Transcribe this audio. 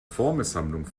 formelsammlung